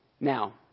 Now